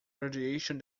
radiation